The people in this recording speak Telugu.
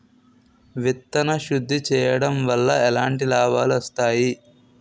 విత్తన శుద్ధి చేయడం వల్ల ఎలాంటి లాభాలు వస్తాయి?